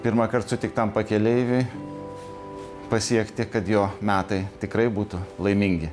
pirmąkart sutiktam pakeleiviui pasiekti kad jo metai tikrai būtų laimingi